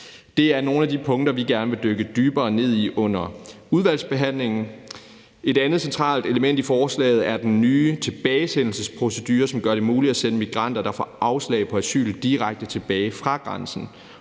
Det er nogle af de punkter, vi gerne vil dykke dybere ned i under udvalgsbehandlingen. Et andet centralt element i forslaget er den nye tilbagesendelsesprocedure, som gør det muligt at sende migranter, der får afslag på asyl, direkte tilbage fra grænsen.